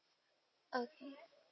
okay